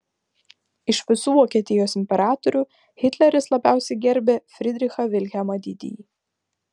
iš visų vokietijos imperatorių hitleris labiausiai gerbė fridrichą vilhelmą didįjį